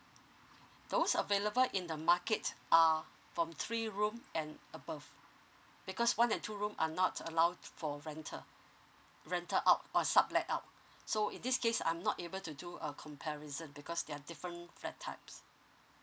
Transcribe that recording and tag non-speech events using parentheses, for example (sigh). those available in the market uh from three room and above because one and two room are not allowed for rental rented out or sublet out (breath) so in this case I'm not able to do a comparison because there are different flat types